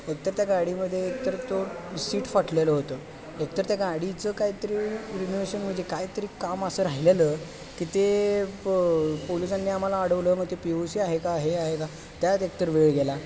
एक तर त्या गाडीमध्ये एक तर तो सीट फाटलेलं होतं एक तर त्या गाडीचं काहीतरी रिनोवेशन म्हणजे कायतरी काम असं राहिलेलं की ते पोलिसांनी आम्हाला अडवलं मग ते पी यु सी आहे का हे आहे का त्यात एक तर वेळ गेला